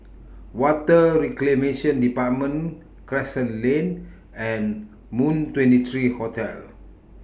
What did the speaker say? Water Reclamation department Crescent Lane and Moon twenty three Hotel